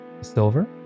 silver